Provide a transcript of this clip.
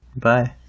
Bye